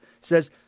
says